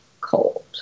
cold